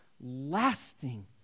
lasting